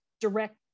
direct